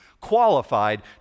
qualified